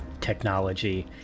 technology